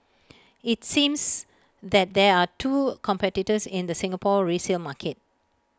IT seems that there are two competitors in the Singapore resale market